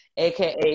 aka